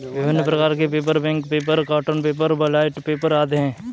विभिन्न प्रकार के paper, bank paper, cotton paper, blotting paper आदि हैं